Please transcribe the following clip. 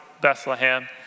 Bethlehem